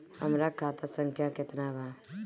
हमरा खाता संख्या केतना बा?